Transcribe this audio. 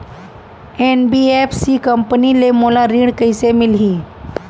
NBFC company ले मोला ऋण कइसे मिलही?